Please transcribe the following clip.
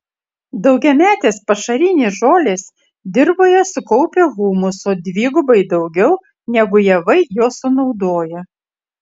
daugiametės pašarinės žolės dirvoje sukaupia humuso dvigubai daugiau negu javai jo sunaudoja